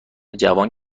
جوان